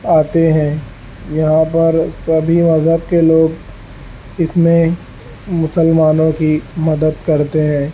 آتے ہیں یہاں پر سبھی مذہب کے لوگ اس میں مسلمانوں کی مدد کرتے ہیں